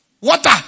Water